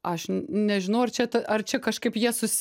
aš n nežinau ar čia ta ar čia kažkaip jie susi